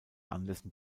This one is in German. anlässen